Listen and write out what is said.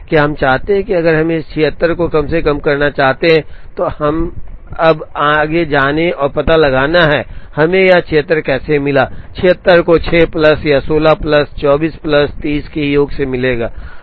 क्या हम चाहते हैं कि अगर हम इस 76 को कम से कम करना चाहते हैं तो अब हमें जाने और पता लगाना है कि हमें यह 76 कैसे मिला 76 को 6 प्लस 16 प्लस 24 प्लस 30 के योग से मिला